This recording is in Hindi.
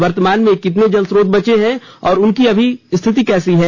वर्तमान में कितने जलस्रोत बचे हैं और अभी उनकी स्थिति कैसी है